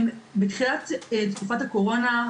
בתחילת תקופת הקורונה,